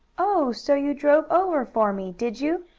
oh, so you drove over for me did you?